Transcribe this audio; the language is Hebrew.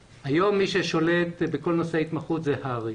היום מי ששולט בכל נושא ההתמחות זה הר"י